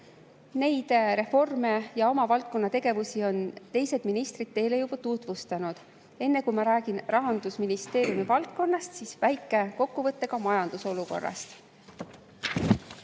Neid reforme ja oma valdkonna tegevusi on teised ministrid teile juba tutvustanud. Enne kui ma räägin Rahandusministeeriumi valdkonnast, teen väikese kokkuvõtte ka majanduse olukorrast.